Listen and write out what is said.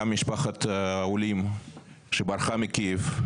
גם משפחת עולים שברחה מקייב,